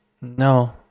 no